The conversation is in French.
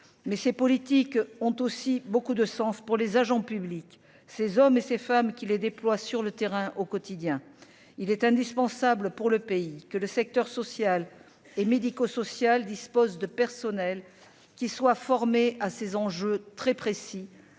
mais ces politiques ont aussi beaucoup de sens pour les agents publics, ces hommes et ces femmes qui les déploie sur le terrain, au quotidien, il est indispensable pour le pays que le secteur social et médico-social dispose de personnel qui soit formé à ces enjeux très précis